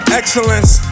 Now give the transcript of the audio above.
excellence